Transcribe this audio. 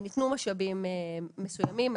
ניתנו משאבים מסוימים.